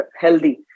healthy